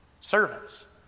servants